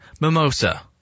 mimosa